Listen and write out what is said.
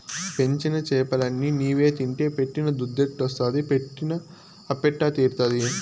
పెంచిన చేపలన్ని నీవే తింటే పెట్టిన దుద్దెట్టొస్తాది పెట్టిన అప్పెట్ట తీరతాది